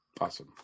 awesome